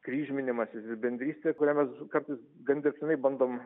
kryžminimasis irbendrystė kurią mes kartais gan dirbtinai bandom